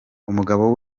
umugabo